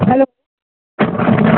hello